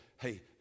hey